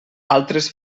altres